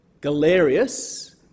Galerius